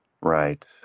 Right